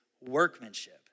workmanship